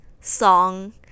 song